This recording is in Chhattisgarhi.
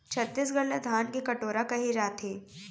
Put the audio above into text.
छत्तीसगढ़ ल धान के कटोरा कहे जाथे